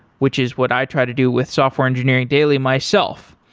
which is what i try to do with software engineering daily myself,